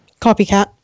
copycat